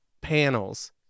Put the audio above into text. panels